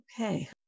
okay